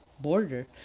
border